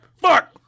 Fuck